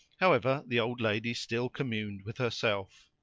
however, the old lady still communed with herself.